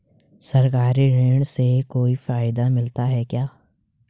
सरकारी ऋण से कोई फायदा मिलता है क्या?